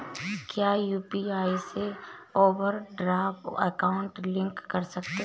क्या यू.पी.आई से overdraft account link कर सकते हैं?